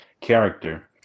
character